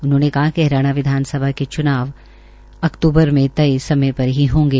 उन्होंने कहा कि हरियाणा विधानसभा के च्नाव अक्टूबर में तय समय पर ही होंगे